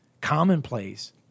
commonplace